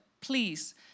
Please